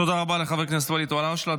תודה רבה לחבר הכנסת ואליד אלהואשלה.